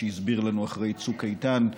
שהסביר לנו אחרי צוק איתן,